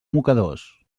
mocadors